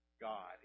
God